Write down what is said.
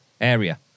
area